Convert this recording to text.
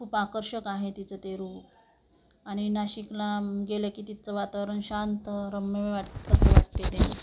खूप आकर्षक आहे तिचं ते रूप आणि नाशिकला गेलं की तिथचं वातावरण शांत रम्य वाटतं असं वाटते ते